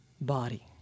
body